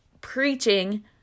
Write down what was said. preaching